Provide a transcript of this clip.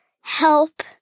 help